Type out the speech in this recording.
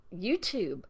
YouTube